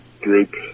group